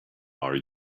are